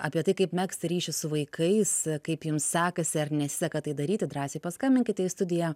apie tai kaip megzti ryšius su vaikais kaip jums sekasi ar nesiseka tai daryti drąsiai paskambinkite į studiją